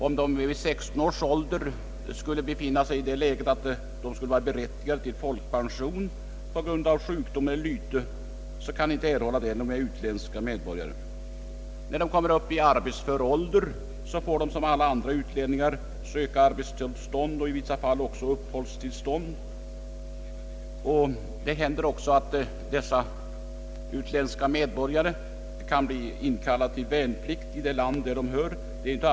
Om de vid 16 års ålder skulle vara berättigade till folkpension på grund av sjukdom eller lyte, kan de inte erhålla sådan då de är utländska medborgare. När de kommer upp i arbetsför ålder får de som alla andra utlänningar söka arbetstillstånd och i vissa fall även uppehållstillstånd. Det händer också att dessa utländska medborgare kan bli inkallade till värnplikt i faderns hemland.